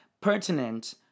pertinent